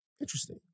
Interesting